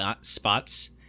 spots